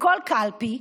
בכל קלפי,